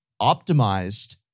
optimized